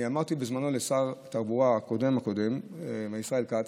אני אמרתי בזמנו לשר התחבורה הקודם-הקודם ישראל כץ,